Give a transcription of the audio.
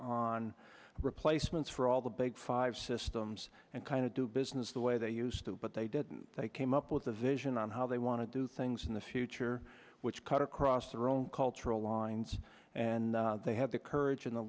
on replacements for all the big five systems and kind of do business the way they used to but they didn't they came up with the vision on how they want to do things in the future which cut across their own cultural lines and they have the courage and the